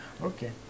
Okay